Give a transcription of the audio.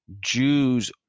Jews